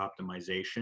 optimization